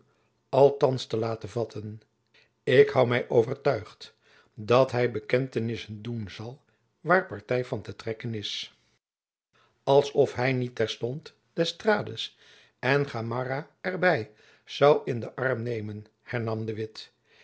althands te laten vatten ik hoû my jacob van lennep elizabeth musch overtuigd dat hy bekentenissen doen zal waar party van te trekken is als of hy niet terstond d'estrades en gamarra er by zoû in den arm nemen hernam de witt